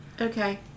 Okay